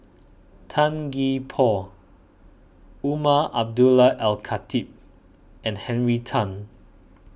Tan Gee Paw Umar Abdullah Al Khatib and Henry Tan